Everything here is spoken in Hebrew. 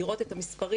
לראות את המספרים.